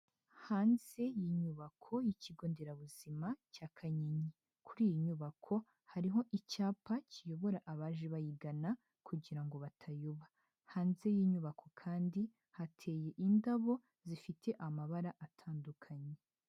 Hanze y'inyubako y'ikigo nderabuzima cya Kanyinya, kuri iyi nyubako hariho icyapa kiyobora abaje bayigana kugira ngo batayoba, hanze y'inyubako kandi hateye indabo zifite amabara atandukanye.